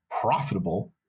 profitable